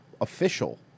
official